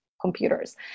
computers